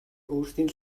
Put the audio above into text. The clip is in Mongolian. өөрсдийн